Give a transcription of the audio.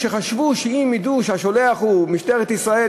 שחשבו שאם ידעו שהשולח הוא משטרת ישראל,